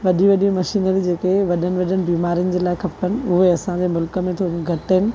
वॾी वॾी मशीनरी जेके वड॒नि वड॒नि बीमारिनि जे लाइ खपनि उहे असांजे मुल्क में थोरियूं घटि आहिनि